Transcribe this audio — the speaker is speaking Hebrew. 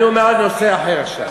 אני אומר על נושא אחר עכשיו.